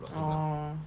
orh